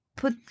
Put